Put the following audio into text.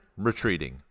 Retreating